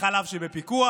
לחלב שבפיקוח.